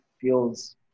feels